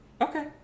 Okay